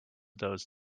those